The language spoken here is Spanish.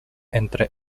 entre